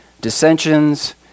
Dissensions